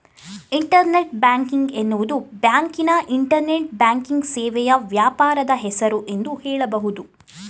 internet banking ಎನ್ನುವುದು ಬ್ಯಾಂಕಿನ internet banking ಸೇವೆಯ ವ್ಯಾಪಾರದ ಹೆಸರು ಎಂದು ಹೇಳಬಹುದು